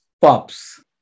POPs